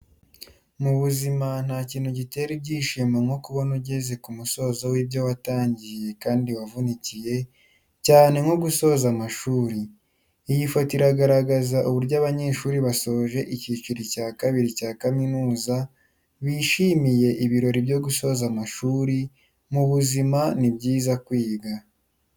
Mu buzima nta kintu gitera ibyishimo nko kubona ugeze ku musozo w'ibyo watangiye kandi wavunikiye, cyane nko gusoza amashuri. Iyi foto iragaragaza uburyo abanyeshuri basoje icyiciri cya kabiri cya Kaminuza bishimiye ibirori byo gusoza amashuri, mu buzima ni byiza kwiga.